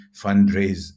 fundraise